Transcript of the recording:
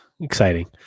Exciting